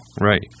Right